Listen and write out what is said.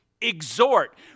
Exhort